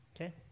okay